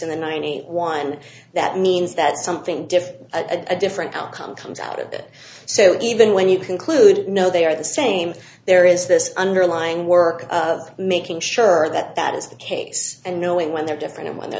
and the ninety one that means that something different a different outcome comes out of it so even when you concluded no they are the same there is this underlying work of making sure that that is the case and knowing when they're different and w